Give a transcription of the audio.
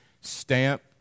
stamp